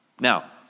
Now